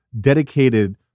dedicated